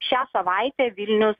šią savaitę vilnius